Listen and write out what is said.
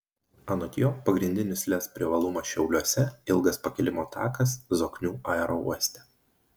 anot jo pagrindinis lez privalumas šiauliuose ilgas pakilimo takas zoknių aerouoste